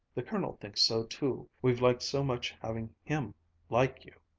the colonel thinks so too we've liked so much having him like you.